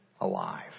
alive